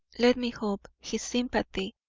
let me hope, his sympathy,